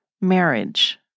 marriage